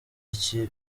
iki